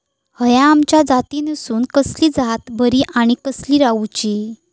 हया आम्याच्या जातीनिसून कसली जात बरी आनी कशी लाऊची?